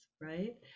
right